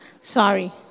Sorry